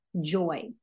joy